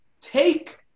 take